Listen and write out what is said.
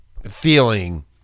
feeling